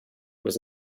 was